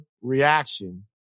reaction